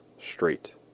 straight